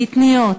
קטניות,